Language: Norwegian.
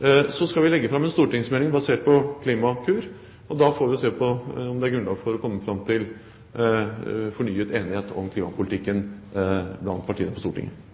Vi skal legge fram en stortingsmelding basert på Klimakur, og da får vi se om det er grunnlag for å komme fram til fornyet enighet om klimapolitikken blant partiene på Stortinget.